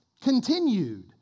continued